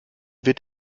wird